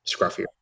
scruffy